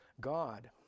God